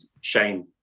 shame